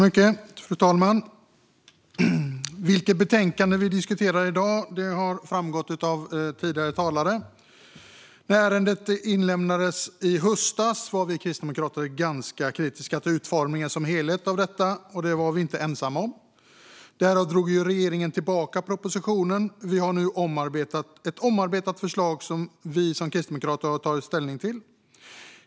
Fru talman! Vilket betänkande vi diskuterar har framgått av tidigare talare. När ärendet inlämnades i höstas var vi kristdemokrater ganska kritiska till utformningen av detta som helhet, och det var vi inte ensamma om. Därför drog regeringen tillbaka propositionen, och det finns nu ett omarbetat förslag som vi kristdemokrater har tagit ställning till.